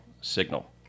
signal